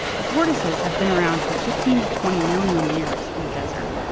the tortoises have been around for fifteen to twenty million years in the desert,